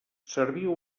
serviu